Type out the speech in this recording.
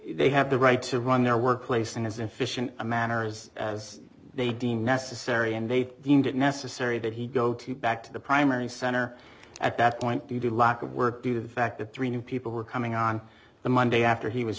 they have the right to run their workplace in as efficient a manner as they deem necessary and they deemed it necessary that he go to back to the primary center at that point to do lack of work due to the fact that three new people were coming on the monday after he was